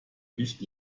nicht